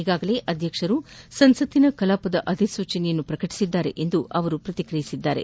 ಈಗಾಗಲೇ ಅಧ್ಯಕ್ಷರು ಸಂಸತ್ತಿನ ಕಲಾಪದ ಅಧಿಸೂಚನೆಯನ್ನು ಪ್ರಕಟಿಸಿದ್ದಾರೆ ಎಂದು ಅವರು ಪ್ರತಿಕ್ರಿಯಿಸಿದ್ದಾರೆ